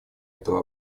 этого